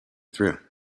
through